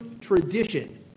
tradition